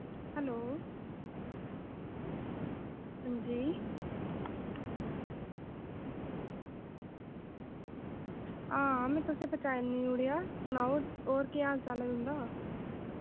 hello हां जी हां में तुसेंगी पछानी ओड़ेया सनाओ होर केह् हाल चाल ऐ तुं'दा